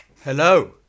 Hello